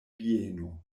vieno